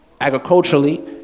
agriculturally